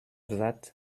that